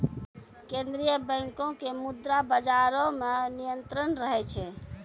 केन्द्रीय बैंको के मुद्रा बजारो मे नियंत्रण रहै छै